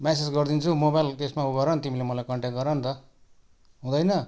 message गगरिदिन्छु mobile त्यसमा ऊ गर न त तिमीले मलाई कन्ट्याक्ट गर न त हुँदैन